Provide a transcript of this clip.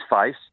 face